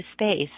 space